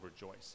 rejoice